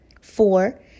Four